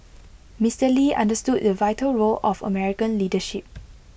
Mister lee understood the vital role of American leadership